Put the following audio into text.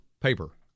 paper